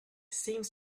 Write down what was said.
seems